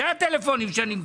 אלה הטלפונים שאני מקבל.